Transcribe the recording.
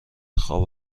خواب